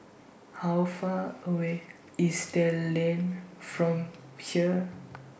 How Far away IS Dell Lane from here